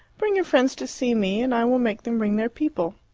bring your friends to see me, and i will make them bring their people.